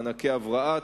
מענקי הבראה,